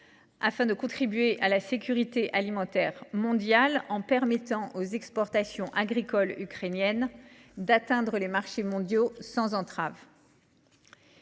pour contribuer à la sécurité alimentaire mondiale en permettant aux exportations agricoles ukrainiennes d’atteindre les marchés sans entraves.